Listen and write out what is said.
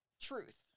truth